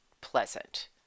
pleasant